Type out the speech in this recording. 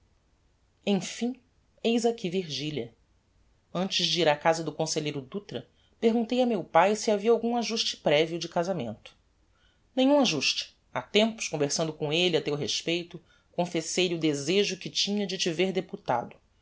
emfim eis aqui virgilia antes de ir á casa do conselheiro dutra perguntei a meu pae se havia algum ajuste prévio de casamento nenhum ajuste ha tempos conversando com elle a teu respeito confessei-lhe o desejo que tinha de te ver deputado